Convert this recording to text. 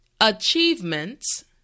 achievements